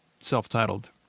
self-titled